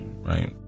right